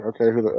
okay